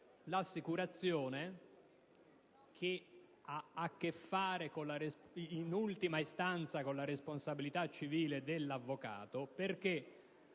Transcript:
l'assicurazione, la quale ha a che fare in ultima istanza con la responsabilità civile dell'avvocato.